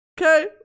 Okay